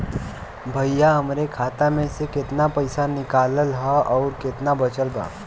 भईया हमरे खाता मे से कितना पइसा निकालल ह अउर कितना बचल बा?